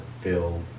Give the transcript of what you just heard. feel